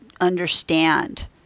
understand